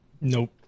nope